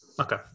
Okay